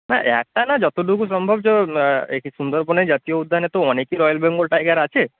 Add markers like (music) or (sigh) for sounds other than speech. না একটা না যতটুকু সম্ভব (unintelligible) এই (unintelligible) সুন্দরবনের জাতীয় উদ্যানে তো অনেকই রয়্যাল বেঙ্গল টাইগার আছে